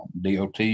DOT